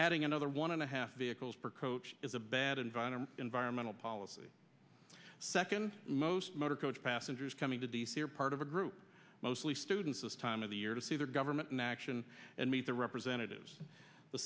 adding another one and a half vehicles per coach is a bad environment environmental policy second most motorcoach passengers coming to d c are part of a group mostly students this time of the year to see their government in action and meet the representatives